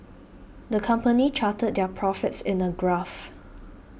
the company charted their profits in a graph